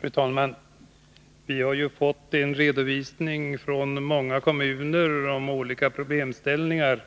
Fru talman! Vi har ju fått en redovisning från många kommuner om olika problemställningar,